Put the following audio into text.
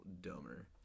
dumber